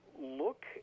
look